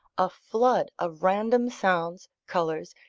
a flood of random sounds, colours,